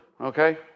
okay